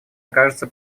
окажется